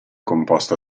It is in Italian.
composto